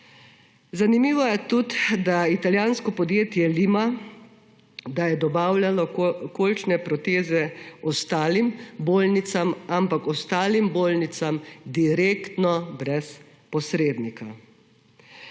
Zanimivo je tudi, da je italijansko podjetje Lima dobavljalo kolčne proteze ostalim bolnicam, ampak ostalim bolnicam direktno brez posrednika.